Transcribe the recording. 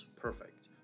perfect